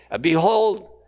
Behold